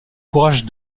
courage